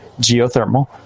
geothermal